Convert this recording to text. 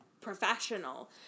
professional